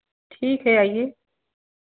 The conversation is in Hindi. ठीक है आईए